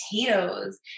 potatoes